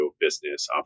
business